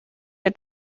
der